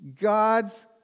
God's